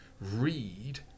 read